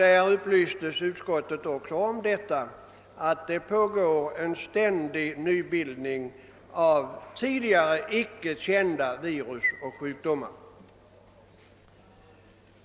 Där upplystes utskottet om att det pågår en ständig nybildning av virus med nya, tidigare icke kända sjukdomar som följd.